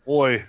Boy